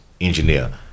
engineer